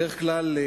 בדרך כלל,